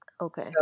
okay